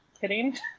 kidding